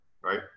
Right